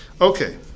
Okay